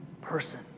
person